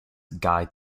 guide